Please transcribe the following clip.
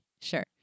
Sure